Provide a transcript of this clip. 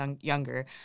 younger